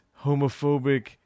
homophobic